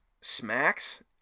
Smacks